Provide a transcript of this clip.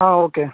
okay